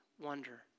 wonder